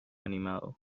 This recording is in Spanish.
animado